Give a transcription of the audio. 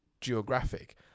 Geographic